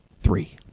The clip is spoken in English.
Three